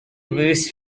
loose